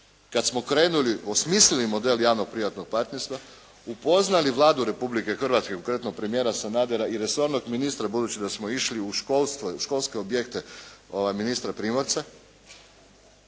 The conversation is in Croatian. kad smo krenuli, osmislili model javno-privatnog partnerstva, upoznali Vladu Republike Hrvatske konkretno premijera Sanadera i resornog ministra budući da smo išli u školstvo, u školske objekte ministra Primorca,